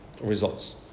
results